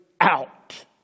out